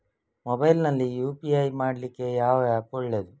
Mobile ನಲ್ಲಿ UPI ಮಾಡ್ಲಿಕ್ಕೆ ಯಾವ ಆ್ಯಪ್ ಒಳ್ಳೇದು?